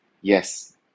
yes